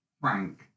Frank